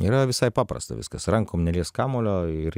yra visai paprasta viskas rankom neliesk kamuolio ir